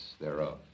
thereof